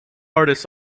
artists